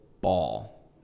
ball